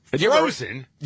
Frozen